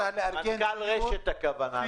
מנכ"ל רש"ת כמובן.